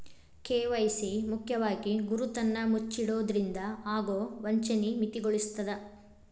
KYC ಮುಖ್ಯವಾಗಿ ಗುರುತನ್ನ ಮುಚ್ಚಿಡೊದ್ರಿಂದ ಆಗೊ ವಂಚನಿ ಮಿತಿಗೊಳಿಸ್ತದ